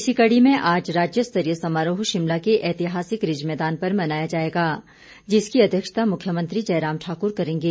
इसी कड़ी में आज राज्य स्तरीय समारोह शिमला के ऐतिहासिक रिज मैदान पर मनाया जाएगा जिसकी अध्यक्षता मुख्यमंत्री जयराम ठाकुर करेंगे